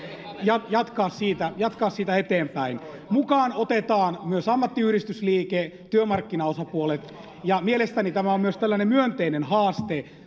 ja on välttämätöntä jatkaa siitä eteenpäin mukaan otetaan myös ammattiyhdistysliike työmarkkinaosapuolet ja mielestäni tämä on myös myönteinen haaste